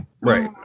Right